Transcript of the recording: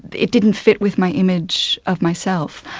it didn't fit with my image of myself.